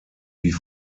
wie